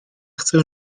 chcę